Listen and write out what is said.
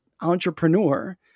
entrepreneur